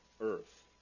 earth